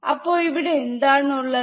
അപ്പോ ഇവിടെ എന്താണ് ഉള്ളത്